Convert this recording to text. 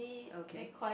okay